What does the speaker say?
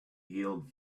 healed